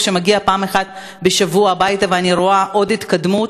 כאשר אני מגיעה פעם אחת בשבוע הביתה ואני רואה עוד התקדמות,